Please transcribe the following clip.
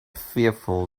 fearful